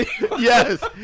Yes